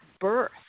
birth